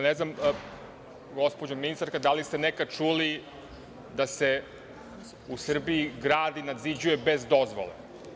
Ne znam, gospođo ministarka da li ste nekada čuli da se u Srbiji gradi, nadziđuje bez dozvole?